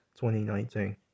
2019